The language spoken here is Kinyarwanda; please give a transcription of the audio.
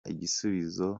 igisubizo